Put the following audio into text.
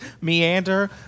Meander